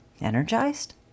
energized